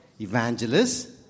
evangelists